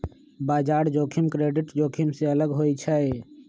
बजार जोखिम क्रेडिट जोखिम से अलग होइ छइ